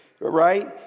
Right